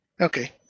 Okay